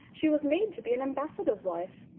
she was made to be an ambassador's wife.